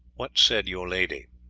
what said your lady?